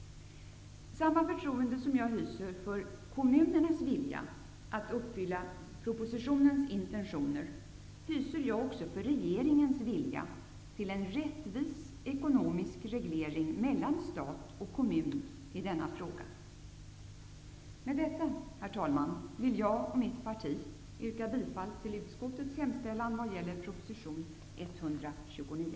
Samma förtroende som jag hyser för kommunernas vilja att uppfylla propositionens intentioner, hyser jag också för regeringens vilja till en rättvis ekonomisk reglering mellan stat och kommun i denna fråga. Herr talman! Med detta vill jag och mitt parti yrka bifall till utskottets hemställan vad gäller proposition 129.